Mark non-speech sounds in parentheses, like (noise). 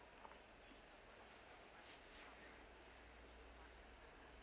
(noise)